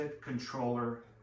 controller